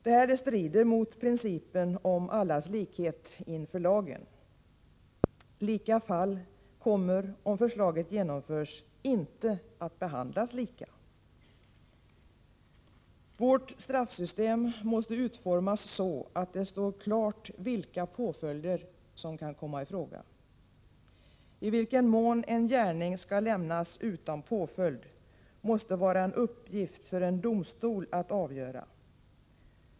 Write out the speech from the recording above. Detta strider mot principen om allas likhet inför lagen. Lika fall kommer, om förslaget genomförs, inte att behandlas lika. Vårt straffsystem måste utformas så, att det står klart vilka påföljder som kan komma i fråga. I vilken mån en gärning skall lämnas utan påföljd måste vara en uppgift för en domstol att avgöra.